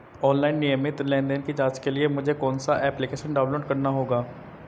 Online नियमित लेनदेन की जांच के लिए मुझे कौनसा एप्लिकेशन डाउनलोड करना होगा?